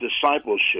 discipleship